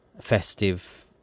festive